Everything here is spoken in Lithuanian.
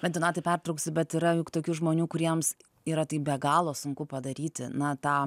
bet donatai pertrauksiu bet yra tokių žmonių kuriems yra tai be galo sunku padaryti na tą